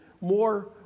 more